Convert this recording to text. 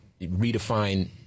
redefine